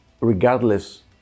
regardless